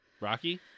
Rocky